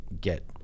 get